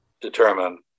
determine